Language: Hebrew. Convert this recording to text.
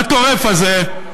הטורף הזה,